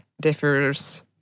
differs